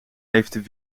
heeft